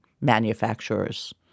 manufacturers